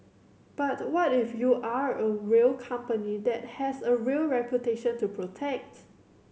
but what if you are a real company that has a real reputation to protect